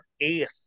eighth